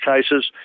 cases